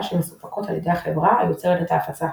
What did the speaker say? שמסופקות על ידי החברה היוצרת את ההפצה.